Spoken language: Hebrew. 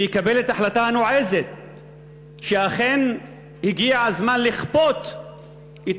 ויקבל את ההחלטה הנועזת שאכן הגיע הזמן לכפות את